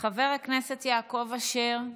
חבר הכנסת יעקב אשר,